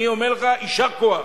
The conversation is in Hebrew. אני אומר לך: יישר כוח.